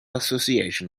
association